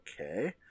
okay